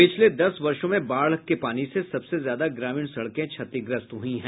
पिछले दस वर्षो में बाढ़ के पानी से सबसे ज्यादा ग्रामीण सड़कें क्षतिग्रस्त हुई हैं